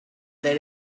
that